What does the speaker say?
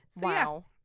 Wow